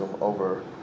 over